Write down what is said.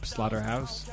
Slaughterhouse